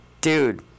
dude